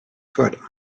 foot